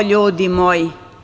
O, ljudi moji.